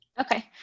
Okay